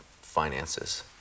finances